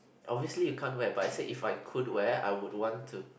obviously you can't wear but I said if I could wear I would want to